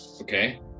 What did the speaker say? Okay